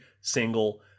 single